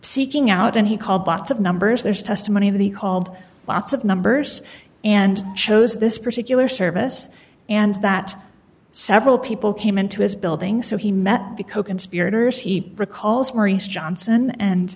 seeking out and he called lots of numbers there's testimony that he called lots of numbers and chose this particular service and that several people came into his building so he met the coconspirators he recalls maurice johnson and